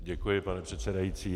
Děkuji, pane předsedající.